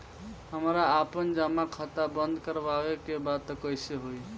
हमरा आपन जमा खाता बंद करवावे के बा त कैसे होई?